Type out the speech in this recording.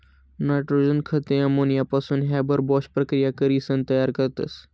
nitrogen खते अमोनियापासून Haber Bosch प्रकिया करीसन तयार करतस